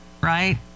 right